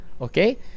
Okay